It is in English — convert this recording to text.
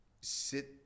sit